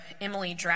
Emily